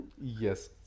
yes